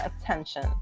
attention